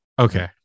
Okay